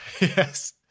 Yes